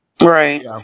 Right